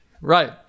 right